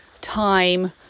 time